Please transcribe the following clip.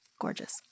gorgeous